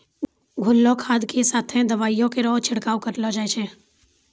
घोललो खाद क साथें दवाइयो केरो छिड़काव करलो जाय छै?